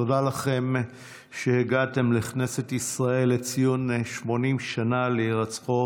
תודה לכם על שהגעתם לכנסת ישראל לציון 80 שנה להירצחו